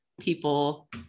people